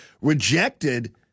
rejected